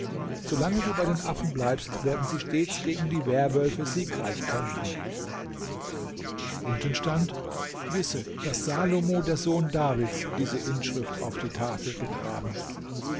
solange du bei den affen bleibst werden sie stets gegen die werwölfe siegreich kämpfen unten stand wisse daß salomo der sohn davids diese inschrift auf die tafel gegraben